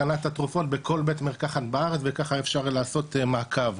קנה את התרופות בכל בית מרקחת בארץ וככה אפשר לעשות מעקב,